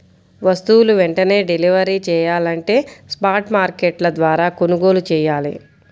వస్తువులు వెంటనే డెలివరీ చెయ్యాలంటే స్పాట్ మార్కెట్ల ద్వారా కొనుగోలు చెయ్యాలి